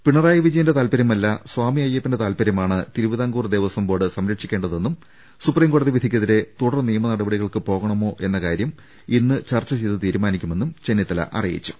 പിണറായി വിജയന്റെ താൽപര്യമല്ല സ്വാമി അയ്യപ്പന്റെ താൽപര്യമാണ് തിരുവിതാംകൂർ ദേവസ്വം ബോർഡ് സംരക്ഷിക്കേണ്ടതെന്നും സ്ുപ്രീം കോടതി വിധിക്കെതിരെ തുടർ നിയമ നടപടികൾക്ക് പോകണോ എന്ന കാര്യം ഇന്ന് ചർച്ച ചെയ്ത് തീരുമാനിക്കുമെന്നും ചെന്നിത്തല അറിയിച്ചു